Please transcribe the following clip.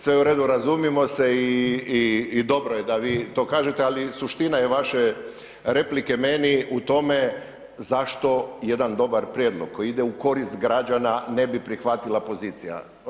Sve u redu, razumijemo se i dobro je da vi to kažete, ali suština je vaše replike meni u tome zašto jedan dobar prijedlog koji ide u korist građana ne bi prihvatila pozicija.